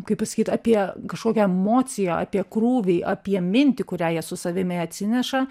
kaip pasakyt apie kažkokią emociją apie krūvį apie mintį kurią jie su savimi atsineša